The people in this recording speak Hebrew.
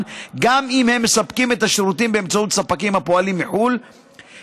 גם אם הם מספקים את השירותים באמצעות ספקים הפועלים בחו"ל,